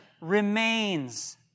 remains